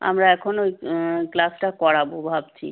আমরা এখন ওই ক্লাসটা করাব ভাবছি